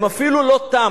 הם אפילו לא תם,